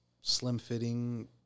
slim-fitting